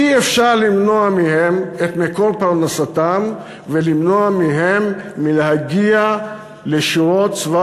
אי-אפשר למנוע מהם את מקור פרנסתם ולמנוע מהם להגיע לשורות צבא